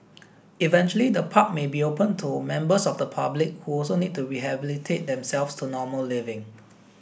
eventually the park may be open to members of the public who also need to rehabilitate themselves to normal living